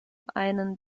einen